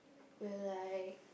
will like